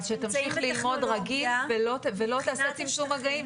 אז שתמשיך ללמוד רגיל ולא תעשה צמצום מגעים,